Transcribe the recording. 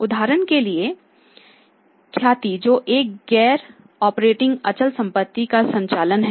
उदाहरण के लिए ख्याति जो एक गैर ऑपरेटिंग अचल संपत्ति का संचालन है